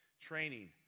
Training